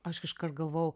aš iškart galvojau